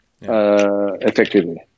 effectively